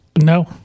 No